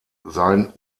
sein